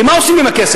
כי מה עושים עם הכסף?